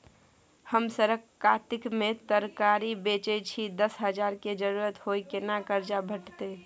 हम सरक कातिक में तरकारी बेचै छी, दस हजार के जरूरत हय केना कर्जा भेटतै?